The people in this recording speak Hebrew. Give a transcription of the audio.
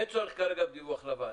אין כרגע צורך בדיווח לוועדה.